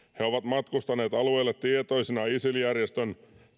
ovat matkustaneet alueelle tietoisina isil järjestön